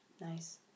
Nice